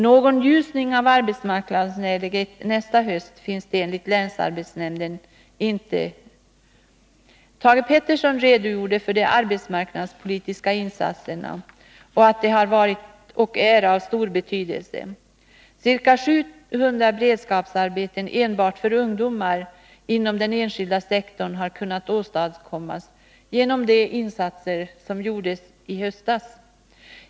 Någon ljusning i arbetsmarknadsläget nästa höst finns det enligt länsarbetsnämnden inte. Thage Peterson redogjorde för de arbetsmarknadspolitiska insatserna och sade att de är av stor betydelse. Ca 700 beredskapsarbeten enbart för ungdomar inom den enskilda sektorn har man kunnat åstadkomma genom de insatser som gjordes i höstas.